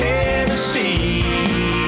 Tennessee